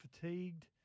fatigued